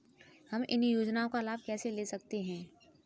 हम इन योजनाओं का लाभ कैसे ले सकते हैं?